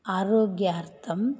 आरोग्यार्थं